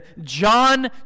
John